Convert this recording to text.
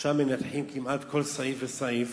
שם מנתחים כמעט כל סעיף וסעיף,